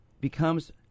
Becomes